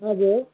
हजुर